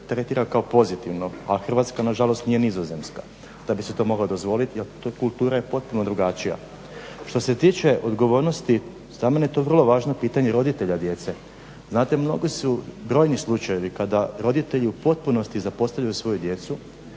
tretira kao pozitivno, a Hrvatska nažalost nije Nizozemska pa da bi si to mogla dozvoliti, to kultura je potpuno drugačija. Što se tiče odgovornosti, za mene je to vrlo važno pitanje roditelja djece. Znate mnogi su brojni slučajevi kada roditelji u potpunosti zapostavljaju svoju djecu,